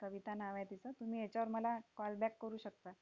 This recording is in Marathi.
कविता नाव आहे तिचं तुम्ही ह्याच्यावर मला कॉल बॅक करू शकता